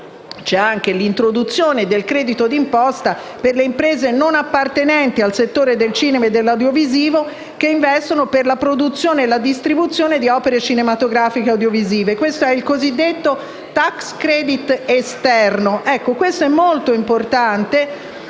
c’è l’introduzione del credito d’imposta per le imprese non appartenenti al settore del cinema e dell’audiovisivo che investono per la produzione e la distribuzione di opere cinematografiche e audiovisive: il cosiddetto tax credit esterno. Questo è molto importante,